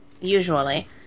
usually